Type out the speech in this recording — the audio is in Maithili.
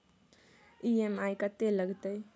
ई.एम.आई कत्ते लगतै?